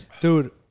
Dude